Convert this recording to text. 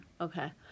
Okay